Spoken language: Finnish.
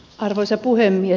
arvoisa puhemies